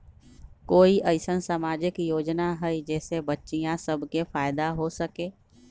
कोई अईसन सामाजिक योजना हई जे से बच्चियां सब के फायदा हो सके?